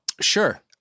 Sure